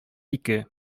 ике